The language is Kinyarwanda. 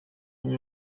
umwe